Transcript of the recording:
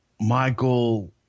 Michael